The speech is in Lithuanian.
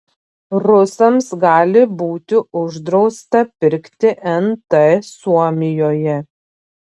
rusams gali būti uždrausta pirkti nt suomijoje